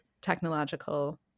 technological